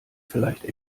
vielleicht